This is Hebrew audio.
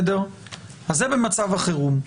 אז זה במצב החירום.